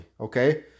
okay